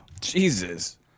Jesus